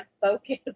focus